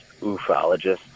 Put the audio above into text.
ufologist